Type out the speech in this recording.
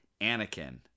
Anakin